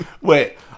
Wait